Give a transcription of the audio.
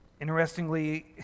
Interestingly